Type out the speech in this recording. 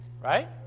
right